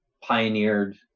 pioneered